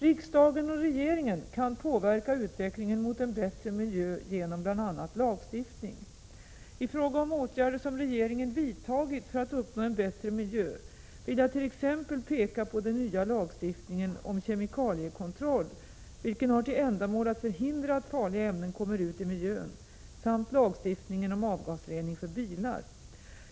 Riksdagen och regeringen kan påverka utvecklingen mot en bättre miljö genom bl.a. lagstiftning. I fråga om åtgärder som regeringen vidtagit för att uppnå en bättre miljö vill jag t.ex. peka på den nya lagstiftningen om kemikaliekontroll, vilken har till ändamål att förhindra att farliga ämnen kommer ut i miljön samt lagstiftningen om avgasrening för bilar.